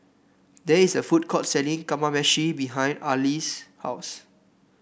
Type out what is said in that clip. there is a food court selling Kamameshi behind Arlis' house